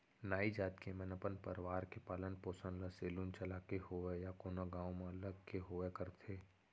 नाई जात के मन अपन परवार के पालन पोसन ल सेलून चलाके होवय या कोनो गाँव म लग के होवय करथे